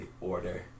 order